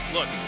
Look